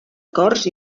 cors